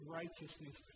righteousness